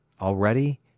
Already